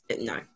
No